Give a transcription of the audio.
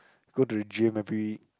go to the gym every